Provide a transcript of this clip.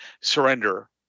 surrender